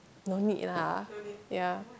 no need lah ya